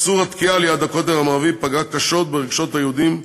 איסור התקיעה ליד הכותל המערבי פגע קשות ברגשות היהודים,